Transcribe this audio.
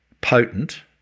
potent